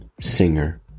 singer